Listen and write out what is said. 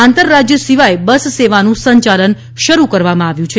આંતરરાજ્ય સિવાય બસ સેવાનું સંચાલન શરૂ કરવામાં આવ્યું છે